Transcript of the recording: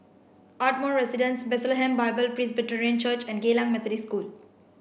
Ardmore Residence Bethlehem Bible Presbyterian Church and Geylang Methodist School